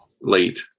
late